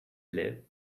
live